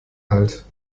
halt